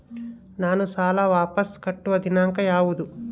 ನಾನು ಸಾಲ ವಾಪಸ್ ಕಟ್ಟುವ ದಿನಾಂಕ ಯಾವುದು?